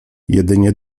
jedynie